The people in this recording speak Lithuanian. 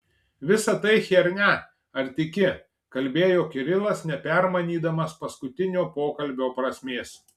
visa tai chiernia ar tiki kalbėjo kirilas nepermanydamas paskutinio pokalbio prasmės